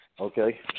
Okay